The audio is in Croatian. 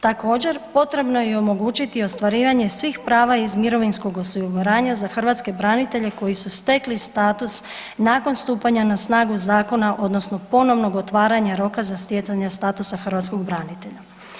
Također, potrebno je i omogućiti ostvarivanje svih prava iz mirovinskog osiguranja za hrvatske branitelje koji su stekli status nakon stupanja na snagu Zakona odnosno ponovnog otvaranja roka za stjecanje statusa hrvatskog branitelja.